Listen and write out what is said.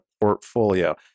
portfolio